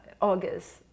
August